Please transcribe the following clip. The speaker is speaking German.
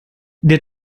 der